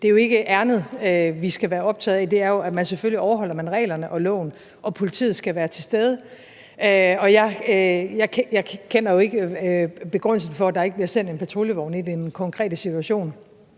Det er jo ikke ærindet, vi skal være optaget af. Det er jo, at man selvfølgelig overholder reglerne og loven, og at politiet skal være til stede. Jeg kender jo ikke begrundelsen for, at der ikke bliver sendt en patruljevogn i den konkrete situation,